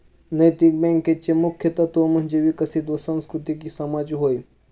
नैतिक बँकेचे मुख्य तत्त्व म्हणजे विकसित व सुसंस्कृत समाज होय